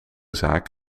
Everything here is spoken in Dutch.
zaak